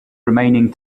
remaining